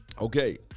Okay